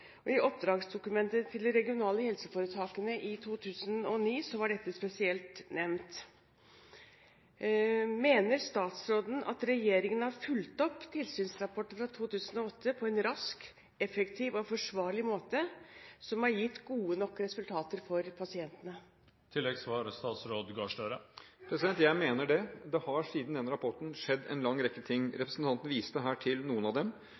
I oppdragsdokumentet til de regionale helseforetakene i 2009 var dette spesielt nevnt. Mener statsråden at regjeringen har fulgt opp tilsynsrapporten fra 2008 på en rask, effektiv og forsvarlig måte som har gitt gode nok resultater for pasientene? Jeg mener det. Det har siden rapporten ble lagt fram skjedd en lang rekke ting. Representanten viste her til noen av dem.